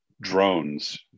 drones